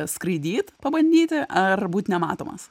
skraidyt pabandyti ar būt nematomas